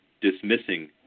dismissing